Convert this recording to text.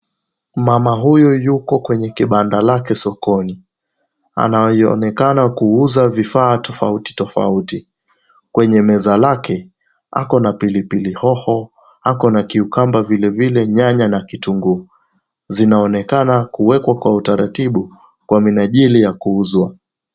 Mama huyu yuko kwenye kibanda lake sokoni, anaonekana kuuza vifaa tofauti tofauti. Kwenye meza lake, ako na pilipili hoho, ako na cucumber vile vile nyanya na kitunguu, zinaonekana kuwekwa kwa utaratibu kwa minajili ya kuuzwa